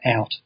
out